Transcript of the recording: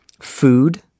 food